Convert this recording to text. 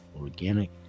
Organic